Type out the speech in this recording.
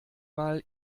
mal